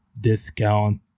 discount